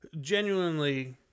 genuinely